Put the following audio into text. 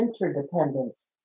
interdependence